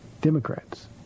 Democrats